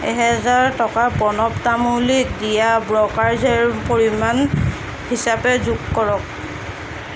এহেজাৰ টকা প্ৰণৱ তামুলীক দিয়া ব্ৰ'কাৰেজৰ পৰিমাণ হিচাপে যোগ কৰক